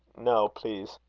no please.